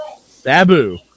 Sabu